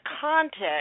context